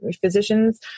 physicians